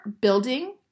building